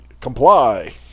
comply